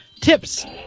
tips